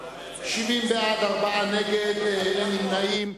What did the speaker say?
בעד 70, נגד, 4, ואין נמנעים.